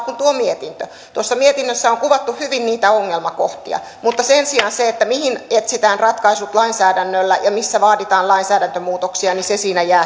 kuin tuo mietintö tuossa mietinnössä on kuvattu hyvin niitä ongelmakohtia mutta sen sijaan se että mihin etsitään ratkaisut lainsäädännöllä ja missä vaaditaan lainsäädäntömuutoksia jää siinä